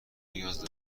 نیاز